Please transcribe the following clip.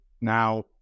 now